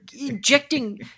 Injecting